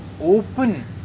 open